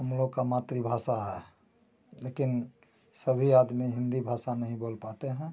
हम लोगों की मातृभाषा है लेकिन सभी आदमी हिन्दी भाषा नहीं बोल पाते हैं